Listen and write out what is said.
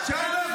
שמע,